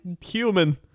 human